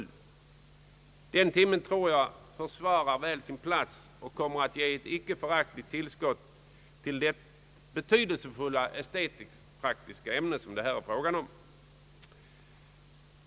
Den timmen tror jag försvarar väl sin plats och kommer att ge ett icke föraktligt tillskott till det betydelsefulla = etisk-praktiska ämne som det här är fråga om.